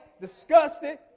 disgusted